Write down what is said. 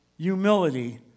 humility